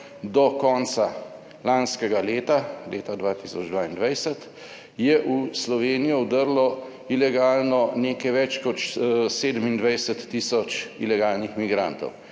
do konca lanskega leta, leta 2022, je v Slovenijo vdrlo ilegalno nekaj več kot 27 tisoč ilegalnih migrantov